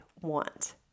want